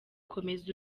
komeza